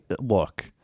look